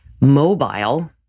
mobile